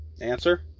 answer